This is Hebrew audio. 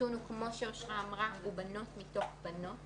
כמו שאושרה אמרה, הנתון הוא בנות מתוך בנות.